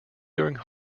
during